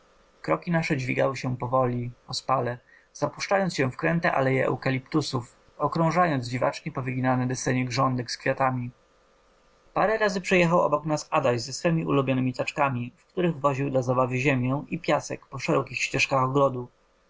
kroki nasze dźwigały się powoli ospale zapuszczając się w kręte aleje eukaliptusów okrążając dziwacznie powyginane desenie grządek z kwiatami parę razy przejechał obok nas adaś z swemi ulubionemi taczkami w których woził dla zabawy ziemię i piasek po szerokich ścieżkach ogrodu